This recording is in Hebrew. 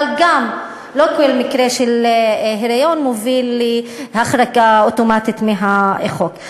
אבל גם לא כל מקרה של היריון מוביל להחרגה אוטומטית מהחוק.